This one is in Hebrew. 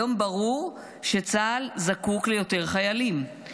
היום ברור שצה"ל זקוק ליותר חיילים,